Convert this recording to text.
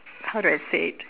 how do I say it